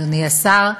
אדוני השר,